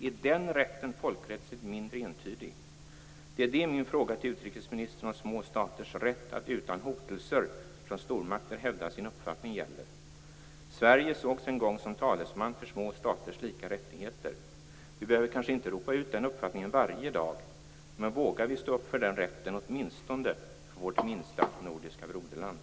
Är den rätten folkrättsligt mindre entydig? Det är det min fråga till utrikesministern om små staters rätt att utan hotelser från stormakter hävda sin uppfattning gäller. Sverige sågs en gång som talesman för små staters lika rättigheter. Vi behöver kanske inte ropa ut den uppfattningen varje dag, men vågar vi stå upp för den rätten åtminstone för vårt minsta nordiska broderland?